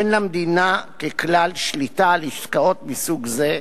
אין למדינה ככלל שליטה על עסקאות מסוג זה,